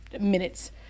minutes